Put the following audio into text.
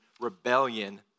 rebellion